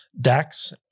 Dax